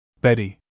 Betty